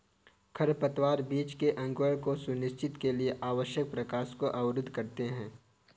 खरपतवार बीज के अंकुरण को सुनिश्चित के लिए आवश्यक प्रकाश को अवरुद्ध करते है